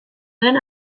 den